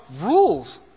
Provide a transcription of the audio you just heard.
rules